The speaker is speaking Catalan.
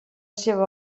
seva